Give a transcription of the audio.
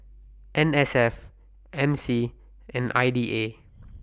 N S F M C and I D A